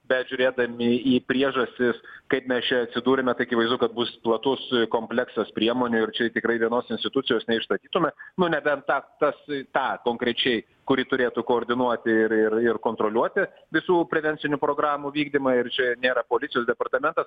bet žiūrėdami į priežastis kaip mes čia atsidūrėme tai akivaizdu kad bus platus kompleksas priemonių ir čia tikrai vienos institucijos neišstatytume nu nebent tą tas tą konkrečiai kuri turėtų koordinuoti ir ir ir kontroliuoti visų prevencinių programų vykdymą ir čia nėra policijos departamentas